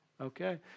okay